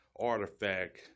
artifact